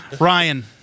Ryan